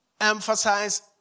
emphasize